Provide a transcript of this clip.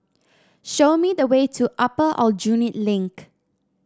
show me the way to Upper Aljunied Link